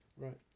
Right